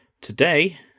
today